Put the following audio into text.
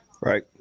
Right